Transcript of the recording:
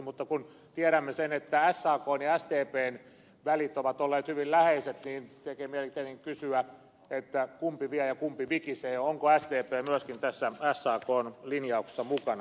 mutta kun tiedämme sen että sakn ja sdpn välit ovat olleet hyvin läheiset niin tekee mieli tietenkin kysyä kumpi vie ja kumpi vikisee ja onko sdp myöskin tässä sakn linjauksessa mukana